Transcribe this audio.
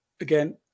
Again